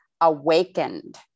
awakened